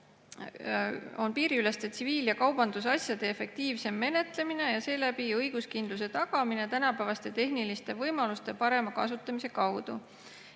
on piiriüleste tsiviil- ja kaubandusasjade efektiivsem menetlemine ja seeläbi õiguskindluse tagamine tänapäevaste tehniliste võimaluste parema kasutamise kaudu.